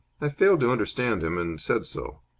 i failed to understand him, and said so.